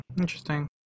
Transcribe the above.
interesting